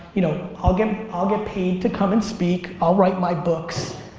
you know, i'll get i'll get paid to come and speak. i'll write my books,